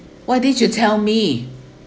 why didn't you tell me